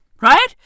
Right